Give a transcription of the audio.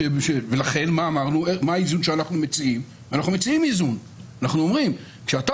ולכן אנחנו מציעים איזון ואומרים: כשאתה